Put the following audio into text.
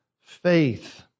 faith